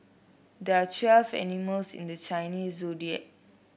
there are twelve animals in the Chinese Zodiac